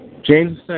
James